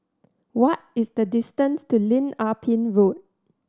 what is the distance to Lim Ah Pin Road